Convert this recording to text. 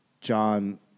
John